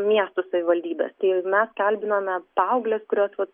miestų savivaldybės tai mes kalbinome paaugles kurios vat